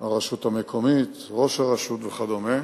הרשות המקומית, ראש הרשות וכדומה.